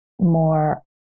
more